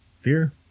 fear